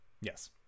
Yes